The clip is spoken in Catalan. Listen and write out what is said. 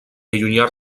allunyar